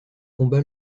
combat